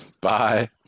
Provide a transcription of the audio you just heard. Bye